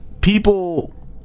people